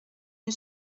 une